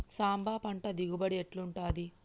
సాంబ పంట దిగుబడి ఎట్లుంటది?